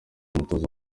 umutoza